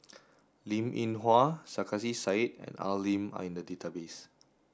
Linn In Hua Sarkasi said and Al Lim are in the database